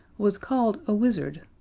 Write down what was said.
was called a wizard.